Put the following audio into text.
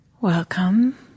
Welcome